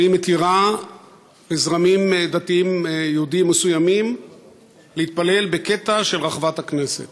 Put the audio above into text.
שהיא מתירה לזרמים דתיים יהודיים מסוימים להתפלל בקטע של רחבת הכותל.